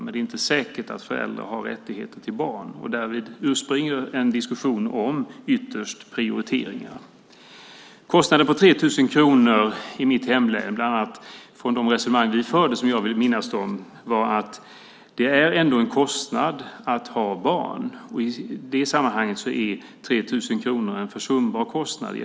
Men det är inte säkert att föräldrar har rättigheter till barn. Därur springer ytterst en diskussion om prioriteringar. När det gäller kostnaden på 3 000 kronor i mitt hemlän vill jag minnas att resonemanget bland annat fördes utefter att det ändå är en kostnad att ha barn. Jämfört med kostnaderna för ett barn är 3 000 kronor en försumbar kostnad.